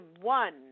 one